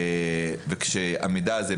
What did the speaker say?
וכשהמידע הזה,